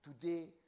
today